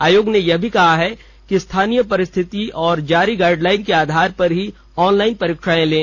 आयोग ने यह भी कहा कि स्थानीय परिस्थिति और जारी गाइडलाइन के आधार पर ही ऑनलाइन परीक्षा लें